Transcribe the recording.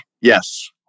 Yes